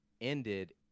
ended